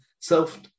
self